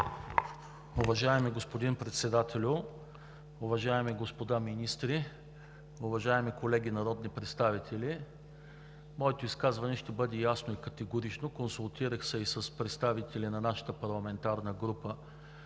Уважаеми господин Председателю, уважаеми господа министри, уважаеми колеги народни представители! Моето изказване ще бъде ясно и категорично. Консултирах се и с представители на нашата парламентарната група,